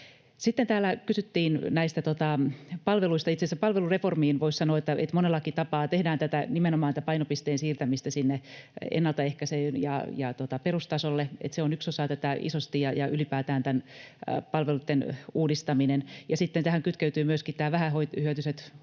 Sitten täällä kysyttiin näistä palveluista: Itse asiassa palvelureformiin voisi sanoa, että monellakin tapaa tehdään nimenomaan tätä painopisteen siirtämistä sinne ennalta ehkäisyyn ja perustasolle. Se on yksi osa tätä isosti, ja ylipäätään palveluitten uudistaminen. Sitten tähän kytkeytyvät myöskin vähähyötyiset hoidot